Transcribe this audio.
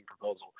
proposal